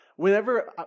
Whenever